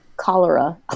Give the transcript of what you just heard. cholera